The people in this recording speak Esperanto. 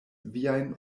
viajn